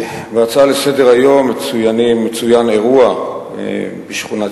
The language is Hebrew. בהצעה לסדר-היום מצוין אירוע בשכונת